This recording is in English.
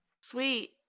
Sweet